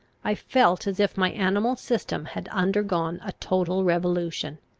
i felt as if my animal system had undergone a total revolution.